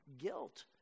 guilt